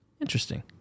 interesting